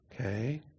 Okay